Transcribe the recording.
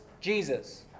Jesus